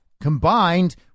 combined